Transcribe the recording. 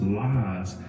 lies